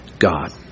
God